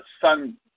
sun